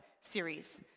series